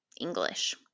English